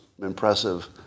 impressive